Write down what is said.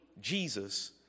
Jesus